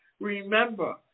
Remember